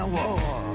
war